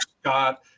Scott